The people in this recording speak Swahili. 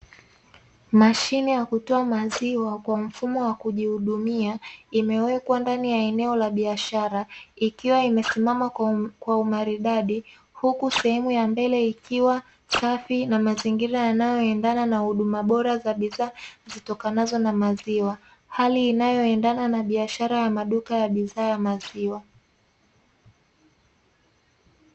Mashine ya kutoa maziwa kwa mfumo wa kujihudumia imewekwa ndani ya eneo la biashara, ikiwa imesimama kwa umaridadi huku sehemu ya mbele ikiwa safi na mazingira yanayo endana na huduma bora za bidhaa zitokanazo na maziwa, hali inayoendana na biashara ya maduka ya bidhaa ya maziwa.